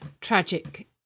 tragic